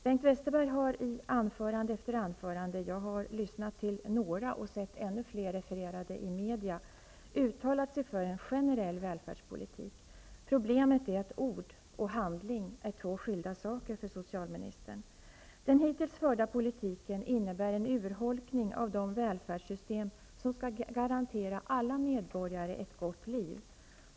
Bengt Westerberg har i anförande efter anförande uttalat sig för en generell välfärdspolitik. Jag har lyssnat till några och sett ännu fler refererade i media. Problemet är att ord och handling är två skilda saker för socialministern. Den hittills förda politiken innebär en urholkning av de välfärdssystem som skall garantera alla medborgare ett gott liv.